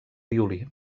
violí